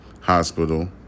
hospital